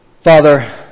Father